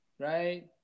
right